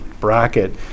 bracket